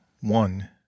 one